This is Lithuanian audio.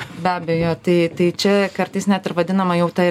be abejo tai tai čia kartais net ir vadinama jau ta